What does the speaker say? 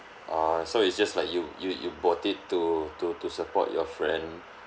oh so it's just like you you you bought it to to to support your friend